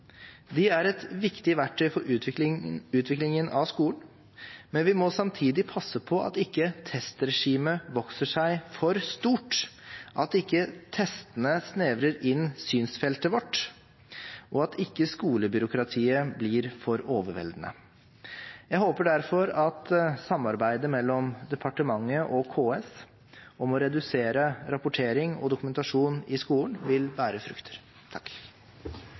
De er et viktig verktøy for utviklingen av skolen, men vi må samtidig passe på at ikke testregimet vokser seg for stort, at ikke testene snevrer inn synsfeltet vårt, og at ikke skolebyråkratiet blir for overveldende. Jeg håper derfor at samarbeidet mellom departementet og KS om å redusere rapportering og dokumentasjon i skolen vil bære frukter.